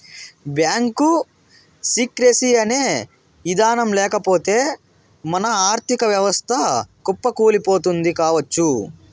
bank secrecy అనే ఇదానం లేకపోతె మన ఆర్ధిక వ్యవస్థ కుప్పకూలిపోతుంది కావచ్చు